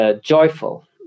joyful